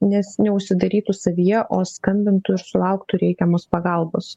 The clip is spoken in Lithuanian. nes neužsidarytų savyje o skambintų ir sulauktų reikiamos pagalbos